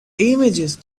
images